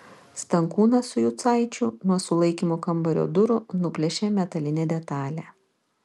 stankūnas su jucaičiu nuo sulaikymo kambario durų nuplėšė metalinę detalę